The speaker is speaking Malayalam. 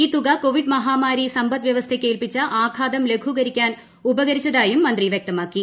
ഈ തുക കോവിഡ് മഹാമാരി സമ്പദ് വൃവസ്ഥയ്ക്ക് ഏല്പിച്ച ആഘാതം ലഘൂകരിക്കാൻ ഉപകരിച്ചതായും മന്ത്രി വൃക്തമാക്കി